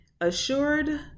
Assured